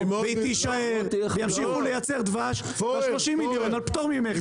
היא תישאר וימשיכו לייצר דבש וה-30 מיליון על פטור ממכס.